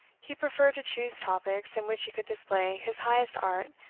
he preferred to choose topics in which he could display his highest art,